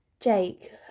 Jake